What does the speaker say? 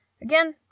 Again